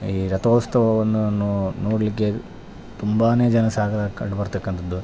ಈ ರಥೋತ್ಸವವನ್ನು ನೋಡಲ್ಲಿಕ್ಕೆ ತುಂಬಾ ಜನ ಸಾಗರ ಕಂಡ್ಬರ್ತಕ್ಕಂಥದ್ದು